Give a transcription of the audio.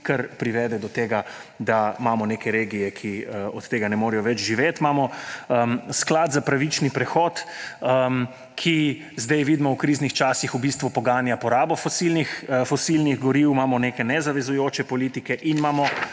kar privede do tega, da imamo neke regije, ki od tega ne morejo več živeti. Imamo sklad za pravični prehod, ki – zdaj vidimo v kriznih časih – v bistvu poganja porabo fosilnih goriv, imamo neke nezavezujoče politike in imamo